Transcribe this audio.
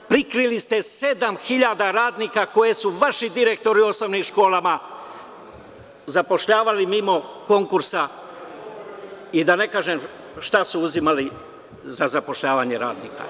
Prikrili ste sedam hiljada radnika koju su vaši direktori u osnovnim školama, zapošljavali mimo konkursa i da ne kažem šta su uzimali za zapošljavanje radnika.